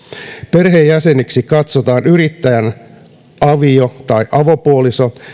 perheenjäseneksi katsotaan yrittäjän avio tai avopuoliso